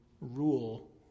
rule